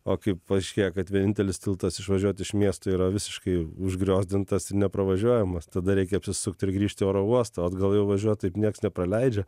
o kai paaiškėjo kad vienintelis tiltas išvažiuot iš miesto yra visiškai užgriozdintas ir nepravažiuojamas tada reikia apsisukt ir grįžt į oro uostą o atgal jau važiuot taip nieks nepraleidžia